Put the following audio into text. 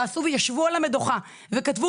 ישבו וכתבו